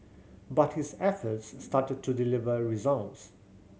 but his efforts started to deliver results